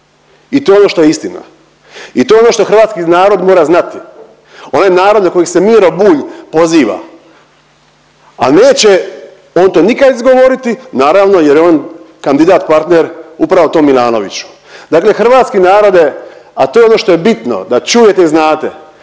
i to je ono što je istina i to je ono što hrvatski narod mora znati, onaj narod na koji se Miro Bulj poziva, a neće on to nikad izgovoriti naravno jer je on kandidat partner upravo tom Milanoviću. Dakle, hrvatski narode, a to je ono što je bitno da čujete i znate